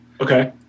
Okay